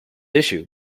issue